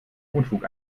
unfug